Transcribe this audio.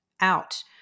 out